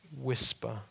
whisper